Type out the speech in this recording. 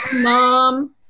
Mom